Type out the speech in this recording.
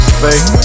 fake